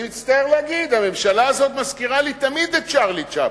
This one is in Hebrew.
אני מצטער להגיד שהממשלה הזאת מזכירה לי תמיד את צ'רלי צ'פלין,